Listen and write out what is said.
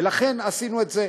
ולכן עשינו את זה.